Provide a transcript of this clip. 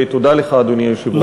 תודה לך, אדוני היושב-ראש.